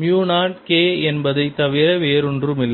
mu 0 K என்பதை தவிர வேறொன்றுமில்லை